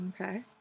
okay